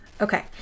Okay